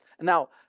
Now